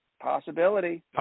Possibility